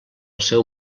seu